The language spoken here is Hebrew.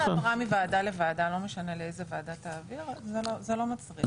לא משנה לאיזו ועדה תעביר, זה מצריך.